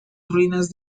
ruinas